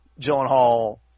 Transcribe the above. Gyllenhaal